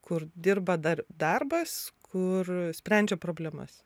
kur dirba dar darbas kur sprendžia problemas